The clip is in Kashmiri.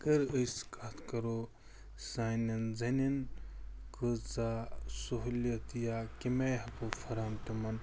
اگر أسۍ کَتھ کَرو سانٮ۪ن زنٮ۪ن کۭژاہ سہوٗلیت یا کَمہِ آیہِ ہٮ۪کو فراہم تِمن